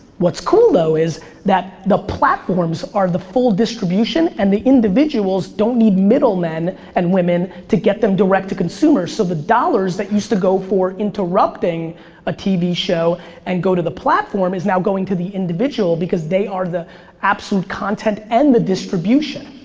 what's cool though is that the platforms are the full distribution and the individuals don't need middle men and women to get them direct to consumers. so the dollars that used to go for interrupting a tv show and go to the platform is now going to the individual because they are the absolute content and the distribution.